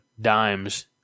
dimes